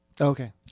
Okay